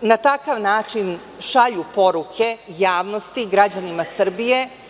na takav način šalju poruke javnosti, građanima Srbije,